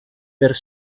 per